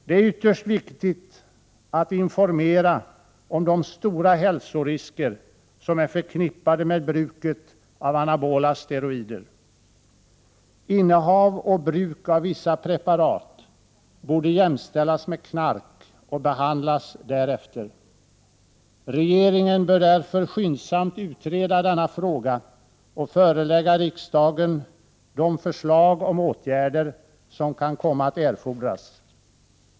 Det är ytterst viktigt att informera om de stora hälsorisker som är förknippade med bruket av anabola steroider. Innehav och bruk av vissa preparat borde jämställas med innehav och bruk av knark och behandlas därefter. Regeringen bör därför skyndsamt utreda denna fråga och förelägga riksdagen de förslag om åtgärder som kan komma att erfordras.